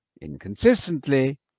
inconsistently